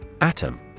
Atom